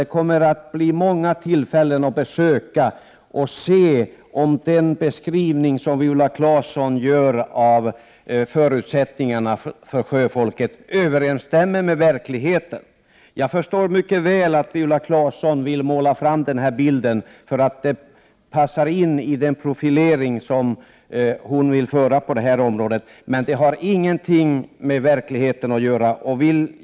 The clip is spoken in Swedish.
Det kommer att finnas många tillfällen att besöka båtar och se om den beskrivning som Viola Claesson gör av förutsättningarna för sjöfolket överensstämmer med verkligheten. Jag förstår mycket väl att Viola Claesson vill måla upp den bild hon gör, eftersom den passar in i den profilering som hon vill göra på detta område. Men den har ingenting med verkligheten att göra.